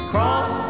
Cross